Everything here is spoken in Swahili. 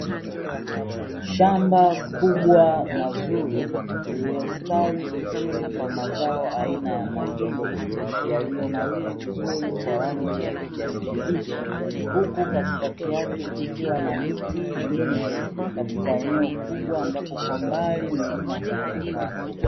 Shamba kubwa na zuri, lililostawi vizuri kwa mazao aina ya mahindi, yaliyonawiri vizuri kwa rangi ya kijani kibichi, huku katika yake kukiwa na miti mingi katika eneo kubwa ambapo kwa mbali milima huonekana.